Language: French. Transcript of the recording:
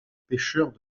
pêcheurs